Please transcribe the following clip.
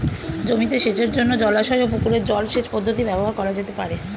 জমিতে সেচের জন্য জলাশয় ও পুকুরের জল সেচ পদ্ধতি ব্যবহার করা যেতে পারে?